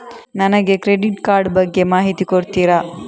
ನನಗೆ credit card ಬಗ್ಗೆ ಮಾಹಿತಿ ಕೊಡುತ್ತೀರಾ?